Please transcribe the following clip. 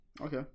Okay